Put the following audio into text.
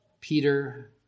Peter